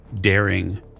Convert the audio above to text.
daring